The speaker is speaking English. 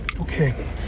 Okay